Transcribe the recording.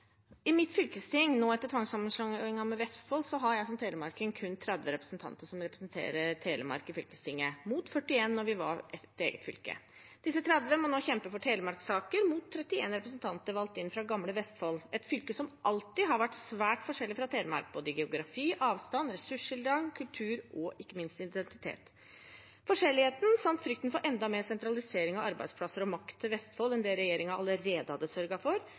I mitt fylkesting, nå etter tvangssammenslåingen med Vestfold, har jeg som telemarking kun 30 representanter som representerer Telemark i fylkestinget, mot 41 da vi var et eget fylke. Disse 30 må nå kjempe for telemarkssaker mot 31 representanter valgt inn fra gamle Vestfold, et fylke som alltid har vært svært forskjellig fra Telemark, både i geografi, avstand, ressurstilgang, kultur og ikke minst identitet. Forskjelligheten, samt frykten for enda mer sentralisering av arbeidsplasser og makt til Vestfold enn det regjeringen allerede hadde sørget for,